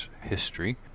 history